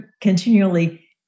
continually